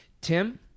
tim